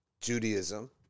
Judaism